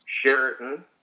Sheraton